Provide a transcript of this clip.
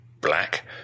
black